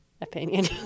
opinion